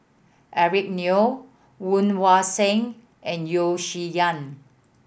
Eric Neo Woon Wah Siang and Yeo Shih Yun